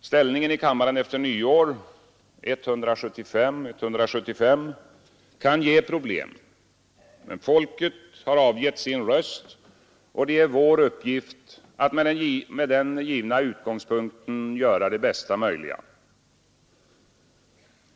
Ställningen i kammaren efter nyår — 175—175 — kan ge problem, men folket har avgett sin röst, och det är vår uppgift att med den givna utgångspunkten göra det bästa möjliga.